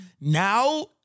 now